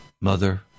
mother